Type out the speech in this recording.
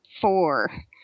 four